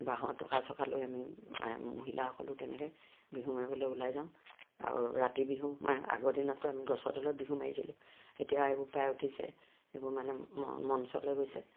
বাঁহৰ টকা চকালৈ আমি মহিলাসকলো তেনেকৈ বিহু মাৰিবলৈ ওলাই যাওঁ আৰু ৰাতি বিহু মাৰোঁ আগৰ দিনততো আমি গছৰ তলত বিহু মাৰিছিলোঁ এতিয়া এইবোৰ প্ৰায় উঠিছে এইবোৰ মানে মঞ্চলৈ গৈছে